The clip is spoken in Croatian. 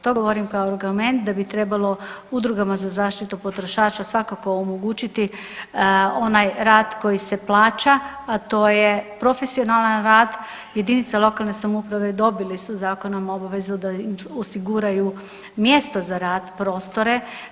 To govorim kao argument da bi trebalo Udrugama za zaštitu potrošača svakako omogućiti onaj rad koji se plaća, a to je profesionalan rad jedinica lokalne samouprave dobili su zakonom obavezu da im osiguraju mjesta za rad, prostore.